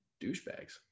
douchebags